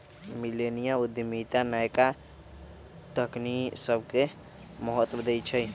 मिलेनिया उद्यमिता नयका तकनी सभके महत्व देइ छइ